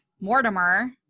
Mortimer